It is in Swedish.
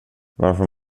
varför